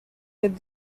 with